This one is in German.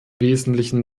wesentlichen